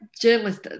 journalists